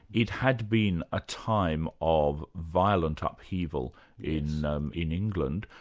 it had been a time of violent ah upheaval in um in england.